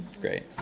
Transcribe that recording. great